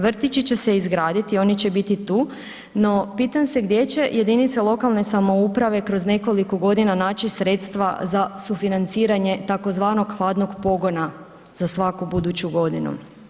Vrtići će se izgraditi, oni će biti tu no pitam se gdje će jedinice lokalne samouprave kroz nekoliko godina naći sredstva za sufinanciranje tzv. hladnog pogona za svaku buduću godinu?